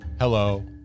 hello